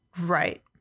Right